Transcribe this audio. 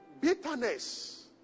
Bitterness